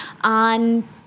on